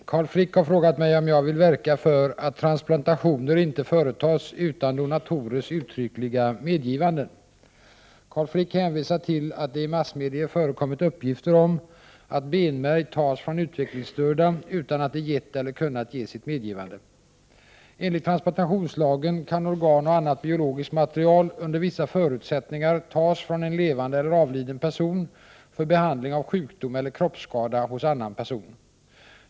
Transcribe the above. Herr talman! Carl Frick har frågat mig om jag vill verka för att transplantationer inte företas utan donatorers uttryckliga medgivanden. Carl Frick hänvisar till att det i massmedier förekommit uppgifter om att benmärg tas från utvecklingsstörda utan att de gett eller kunnat ge sitt medgivande. material under vissa förutsättningar tas från en levande eller avliden person för behandling av sjukdom eller kroppsskada hos en annan person.